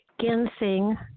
ginseng